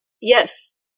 Yes